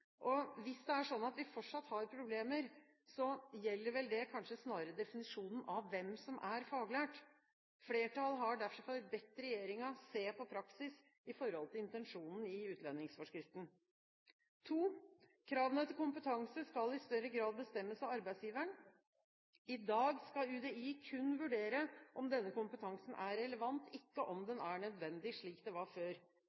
Hvis det er slik at vi fortsatt har problemer, gjelder vel det kanskje snarere definisjonen av hvem som er faglært. Flertallet har derfor bedt regjeringen se på praksis i forhold til intensjonen i utlendingsforskriften. Kravene til kompetanse skal i større grad bestemmes av arbeidsgiveren: I dag skal UDI kun vurdere om denne kompetansen er relevant, ikke om